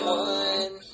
one